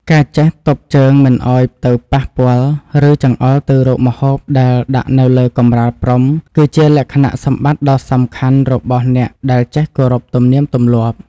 ការចេះទប់ជើងមិនឱ្យទៅប៉ះពាល់ ឬ ចង្អុលទៅរកម្ហូបដែលដាក់នៅលើកម្រាលព្រំគឺជាលក្ខណៈសម្បត្តិដ៏សំខាន់របស់អ្នកដែលចេះគោរពទំនៀមទម្លាប់។